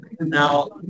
Now